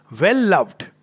well-loved